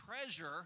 treasure